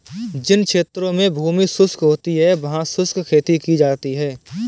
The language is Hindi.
जिन क्षेत्रों में भूमि शुष्क होती है वहां शुष्क खेती की जाती है